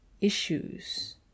issues